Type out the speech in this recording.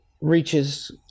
reaches